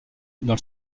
dans